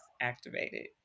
activated